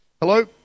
Hello